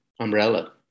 umbrella